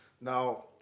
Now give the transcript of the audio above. Now